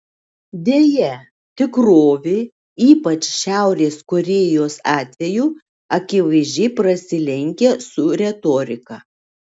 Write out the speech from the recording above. deja tikrovė ypač šiaurės korėjos atveju akivaizdžiai prasilenkia su retorika